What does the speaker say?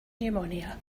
pneumonia